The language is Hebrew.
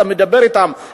אתה מדבר אתם,